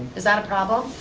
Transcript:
is that a problem?